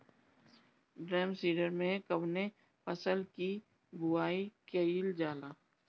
Drum seeder से कवने फसल कि बुआई कयील जाला?